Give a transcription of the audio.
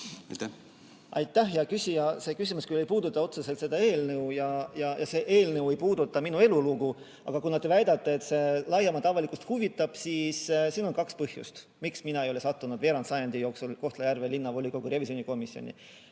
See küsimus küll ei puuduta otseselt seda eelnõu ja see eelnõu ei puuduta minu elulugu, aga kuna te väidate, et see laiemat avalikkust huvitab, siis siin on kaks põhjust, miks mina ei ole sattunud veerandsajandi jooksul Kohtla-Järve Linnavolikogu revisjonikomisjoni.